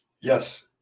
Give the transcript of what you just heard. Yes